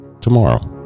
tomorrow